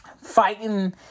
Fighting